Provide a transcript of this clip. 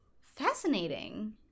Fascinating